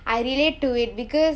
I relate to it because